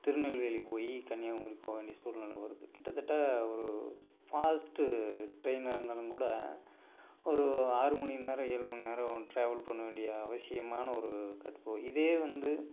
திருநெல்வேலி போய் கன்னியாகுமரி போக வேண்டிய சூழ்நில வருது கிட்டத்தட்ட ஒரு ஃபாஸ்ட்டு ட்ரெயினாக இருந்தாலும் கூட ஒரு ஆறு மணி நேரம் ஏழு மணி நேரம் ட்ராவல் பண்ண வேண்டிய அவசியமான ஒரு கடுப்பு இதே வந்து